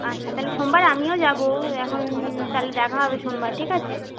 আচ্ছা তাহলে সোমবার আমিও যাব এখন তাহলে দেখা হবে সোমবার ঠিক আছে